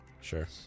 Sure